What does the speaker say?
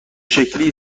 شکلی